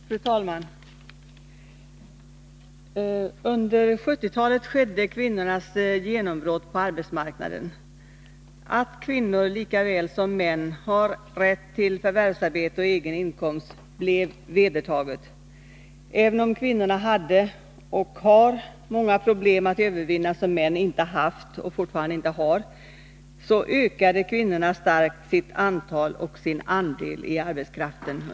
Fru talman! Under 1970-talet skedde kvinnornas genombrott på arbetsmarknaden. Att kvinnor lika väl som män har rätt till förvärvsarbete och egen inkomst blev vedertaget. Även om kvinnorna hade, och har, många problem att övervinna som män inte haft och fortfarande inte har, ökade kvinnorna starkt sitt antal och sin andel i arbetskraften.